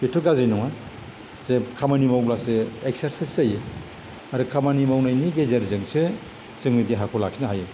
बेथ' गाज्रि नङा जे खामानि मावब्लासो एक्सारसाइस जायो आरो खामानि मावनायनि गेजेरजोंसो जोंनि देहाखौ लाखिनो हायो